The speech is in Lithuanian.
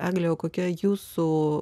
eglę o kokia jūsų